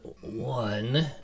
one